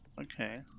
Okay